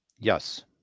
Yes